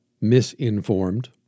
misinformed